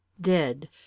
dead